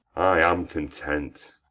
i am content.